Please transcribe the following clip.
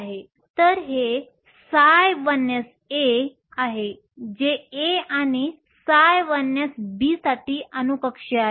तर हे ψ1sA आहे जे A आणि ψ1sB साठी अणू कक्षीय आहे